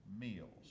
meals